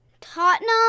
Tottenham